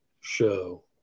show